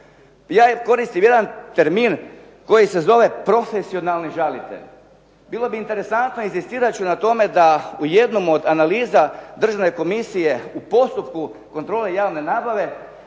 ja koristim jedan termin koji se zove profesionalni žalitelj. Bilo bi interesantno, inzistirat ću na tome da u jednom od analiza Državne komisije u postupku kontrole javne nabave